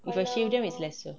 if I shave them is lesser